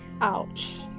Ouch